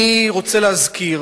אני רוצה להזכיר